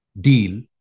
deal